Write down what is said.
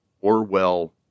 Orwell